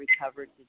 recovered